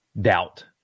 doubt